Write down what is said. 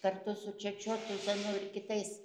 kartu su čečiotu zanu ir kitais